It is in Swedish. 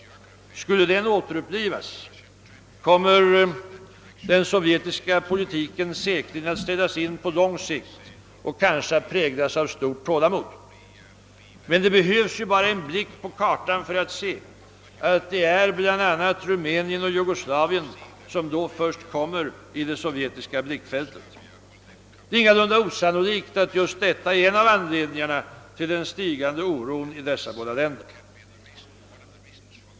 Skulle den återupplivas, kommer den sovjetiska politiken säkerligen att ställas in på lång sikt och kanske att präglas av stort tålamod. Men det behövs bara en blick på kartan för att se att det är bl.a. Rumänien och Jugoslavien som då först kommer i det sovjetiska blickfältet. Det är ingalunda osannolikt att just detta är en av anledningarna till den stigande oron i dessa båda länder.